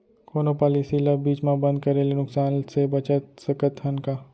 कोनो पॉलिसी ला बीच मा बंद करे ले नुकसान से बचत सकत हन का?